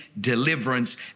deliverance